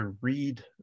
read